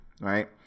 right